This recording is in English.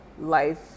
life